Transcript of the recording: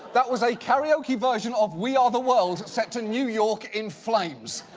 that was a karaoke version of we are the world, set to new york in flames.